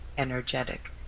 energetic